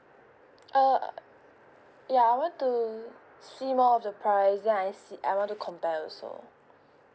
err ya I want to see more on the price then I see I want to compare also